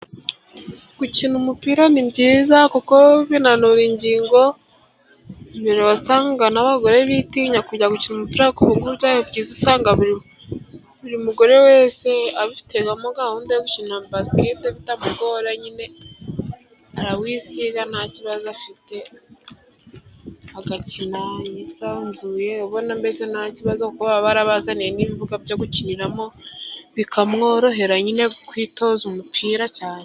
Gukina umupira ni byiza, kuko binanura ingingo. Mbere wasanga n'abagore batinya kujya gukina umupira ariko ubungubu byabaye byiza, usanga buri mugore wese abifitemo gahunda yo gukina basket bitamugora nyine, arawisiga nta kibazo afite, agakina yisanzuye, ubona mbese nta kibazo, kuko baba barabazaniye n'ibibuga byo gukiniramo, bikamworohera nyine kwitoza umupira cyane.